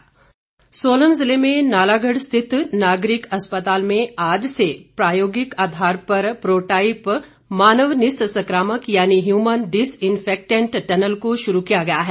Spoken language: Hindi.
प्रो टाईप टनल सोलन जिले में नालागढ़ स्थित नागरिक अस्पताल में आज से प्रयोगात्मक आधार पर प्रो टाईप मानव निस्संक्रामक यानि हयूमन डिसइन्फैक्टैंट टनल को शुरू किया गया है